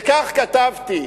וכך כתבתי: